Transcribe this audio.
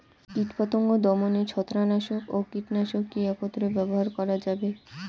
কীটপতঙ্গ দমনে ছত্রাকনাশক ও কীটনাশক কী একত্রে ব্যবহার করা যাবে?